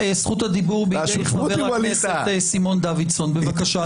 חבר הכנסת סימון דוידסון, בבקשה.